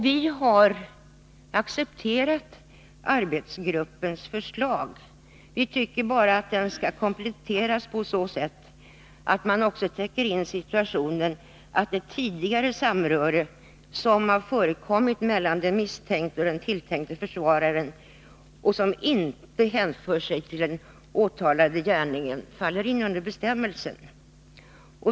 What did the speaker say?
Vi har accepterat arbetsgruppens förslag. Vi tycker bara att det skall kompletteras på så sätt att även ett tidigare samröre som förekommit mellan den misstänkte och den tilltänkte försvararen och som inte hänför sig till den åtalade gärningen faller in under bestämmelsen.